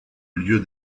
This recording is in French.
lieu